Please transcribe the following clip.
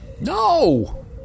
No